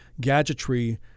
gadgetry